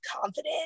confident